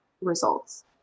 results